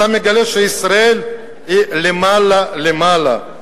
אתה מגלה שישראל היא למעלה למעלה.